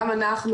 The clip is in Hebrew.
גם אנחנו,